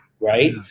Right